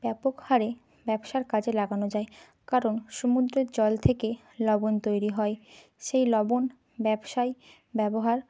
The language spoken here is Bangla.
ব্যাপক হারে ব্যবসার কাজে লাগানো যায় কারণ সমুদ্রের জল থেকে লবণ তৈরি হয় সেই লবণ ব্যবসায় ব্যবহার